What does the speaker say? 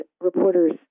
reporters